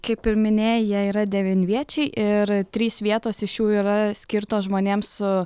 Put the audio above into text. kaip ir minėjai jie yra devinviečiai ir trys vietos iš jų yra skirtos žmonėms su